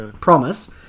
promise